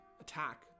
attack